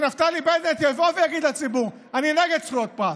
שנפתלי בנט יבוא ויגיד לציבור: אני נגד זכויות פרט.